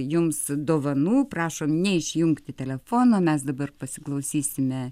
jums dovanų prašom neišjungti telefono mes dabar pasiklausysime